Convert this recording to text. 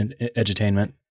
edutainment